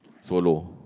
solo